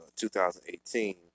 2018